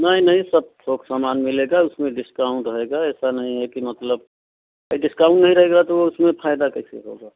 नहीं नहीं सब सब सामान मिलेगा उसमें डिस्काउंट रहेगा ऐसा नहीं है कि मतलब यह डिस्काउंट नहीं रहेगा तो उसमें फ़ायदा कैसे होगा